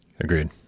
Agreed